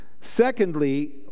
Secondly